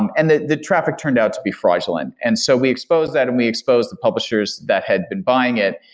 um and the the traffic turned out to be fraudulent. and so we exposed that and we exposed the publishers that had been buying it,